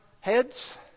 heads